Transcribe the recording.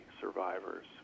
survivors